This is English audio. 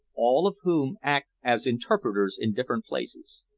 all of whom act as interpreters in different places.